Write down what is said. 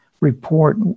report